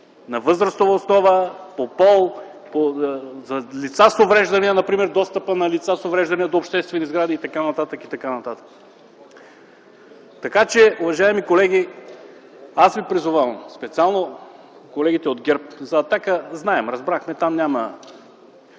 на възрастова основа, по пол, за лица с увреждания, например достъпа на лица с увреждания до обществени сгради и т.н., и т.н. Уважаеми колеги, аз Ви призовавам - специално колегите от ГЕРБ, за „Атака” знаем, разбрахме, там няма